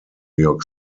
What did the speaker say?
york